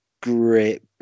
Great